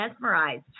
mesmerized